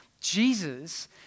Jesus